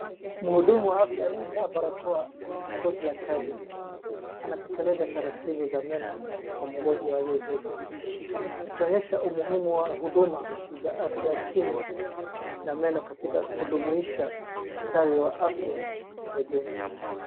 Mhudumu wa afya aliyevaa barakoa na koti la kazi anatekeleza taratibu za meno kwa mgonjwa aliyeketi. Akionyesha umuhimu wa huduma za afya ya kinywa na meno katika kudumuisha ustari wa afya ya jumla.